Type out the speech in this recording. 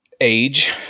Age